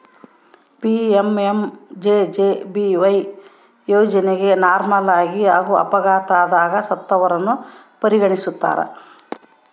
PMMJJBY ಯೋಜನೆಗ ನಾರ್ಮಲಾಗಿ ಹಾಗೂ ಅಪಘಾತದಗ ಸತ್ತವರನ್ನ ಪರಿಗಣಿಸ್ತಾರ